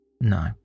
No